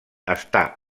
està